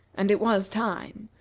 and it was time,